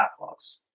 backlogs